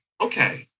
okay